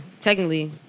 technically